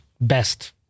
best